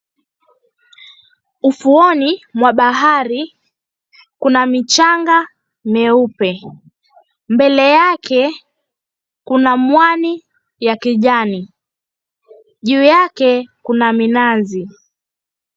Ufuoni mwa bahari kuna michanga mieupe. Mbele yake kuna mwani ya kijani. Juu yake kuna minazi.